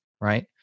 Right